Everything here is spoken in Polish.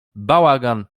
bałagan